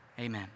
amen